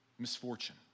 misfortune